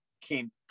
came